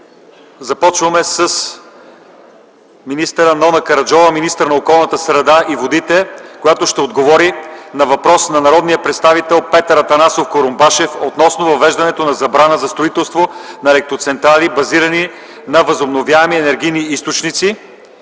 Започваме с министър Нона Караджова, министър на околната среда и водите, която ще отговори на въпрос на народния представител Петър Атанасов Курумбашев относно въвеждането на забрана за строителство на електроцентрали, базирани на възобновяеми енергийни източници,